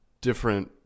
different